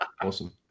awesome